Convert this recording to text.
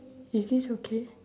is this okay